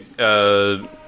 okay